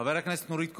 חברת הכנסת נורית קורן,